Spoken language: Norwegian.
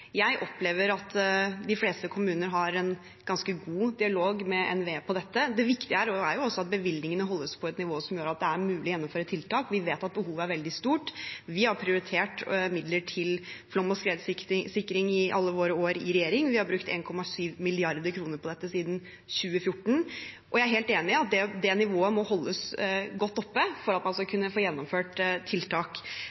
fleste kommuner har en ganske god dialog med NVE om dette. Det viktige her er at bevilgningene holdes på et nivå som gjør at det er mulig å gjennomføre tiltak. Vi vet at behovet er veldig stort. Vi har prioritert midler til flom- og skredsikring i alle våre år i regjering. Vi har brukt 1,7 mrd. kr på dette siden 2014. Jeg er helt enig i at det nivået må holdes godt oppe for at man skal